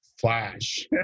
flash